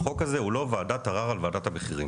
החוק הזה הוא לא ועדת ערר על ועדת המחירים.